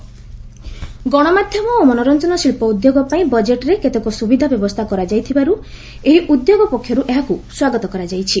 budget reaction media ଗଣମାଧ୍ୟମ ଓ ମନୋର୍ଚ୍ଚଜନ ଶିଳ୍ପ ଉଦ୍ୟୋଗ ପାଇଁ ବଜେଟ୍ରେ କେତେକ ସୁବିଧା ବ୍ୟବସ୍ଥା କରାଯାଇଥିବାରୁ ଏହି ଉଦ୍ୟୋଗ ପକ୍ଷରୁ ଏହାକୁ ସ୍ୱାଗତ କରାଯାଇଛି